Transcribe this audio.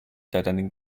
deadening